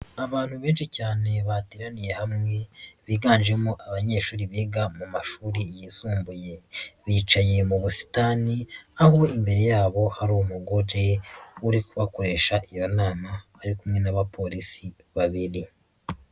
Abantu benshi cyane bateraniye hamwe, biganjemo abanyeshuri biga mu mashuri yisumbuye. Bicanye mu busitani, aho imbere yabo hari umugore uri kubakoresha iyo nama, ari kumwe n'abapolisi babiri.